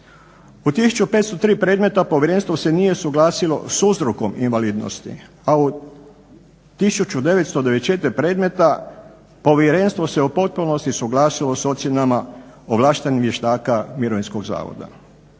Od 1503 predmeta povjerenstvo se nije suglasilo s uzrokom invalidnosti, a u 1994 predmeta povjerenstvo se u potpunosti suglasilo s ocjenama ovlaštenih vještaka Mirovinskog zavoda.